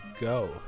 go